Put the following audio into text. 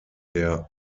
der